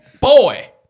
boy